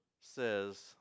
says